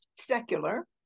secular